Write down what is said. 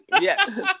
Yes